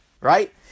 Right